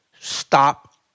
stop